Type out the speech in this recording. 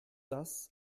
das